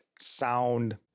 sound